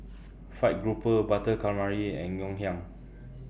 Fried Grouper Butter Calamari and Ngoh Hiang